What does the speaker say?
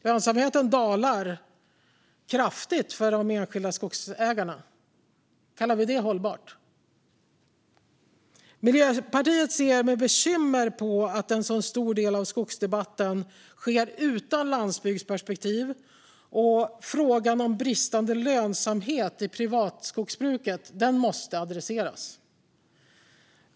Lönsamheten dalar kraftigt för de enskilda skogsägarna. Kallar vi det hållbart? Miljöpartiet ser bekymmer med att en så stor del av skogsdebatten sker utan landsbygdsperspektiv. Frågan om bristande lönsamhet i privatskogsbruket måste adresseras.